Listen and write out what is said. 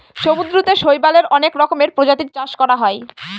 সমুদ্রতে শৈবালের অনেক রকমের প্রজাতির চাষ করা হয়